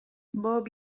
بوب